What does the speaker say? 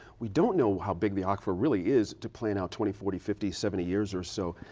we don't know how big the aquifer really is to plan out twenty, forty, fifty, seventy years or so.